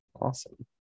awesome